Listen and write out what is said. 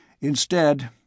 Instead